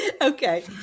Okay